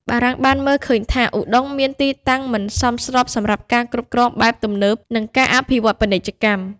បារាំងបានមើលឃើញថា ឧដុង្គមានទីតាំងមិនសមស្របសម្រាប់ការគ្រប់គ្រងបែបទំនើបនិងការអភិវឌ្ឍន៍ពាណិជ្ជកម្ម។